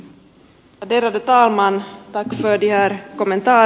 tack för de här kommentarerna